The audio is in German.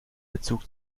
bezug